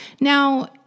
Now